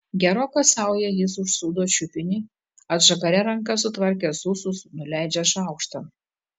geroka sauja jis užsūdo šiupinį atžagaria ranka sutvarkęs ūsus nuleidžia šaukštą